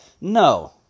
No